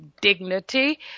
dignity